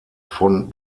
von